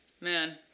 man